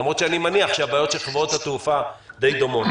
למרות שאני מניח שהבעיות של חברות התעופה די דומות.